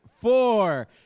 four